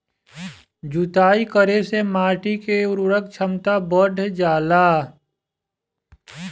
जुताई करे से माटी के उर्वरक क्षमता बढ़ जाला